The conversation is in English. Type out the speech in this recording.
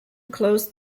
closed